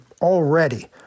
Already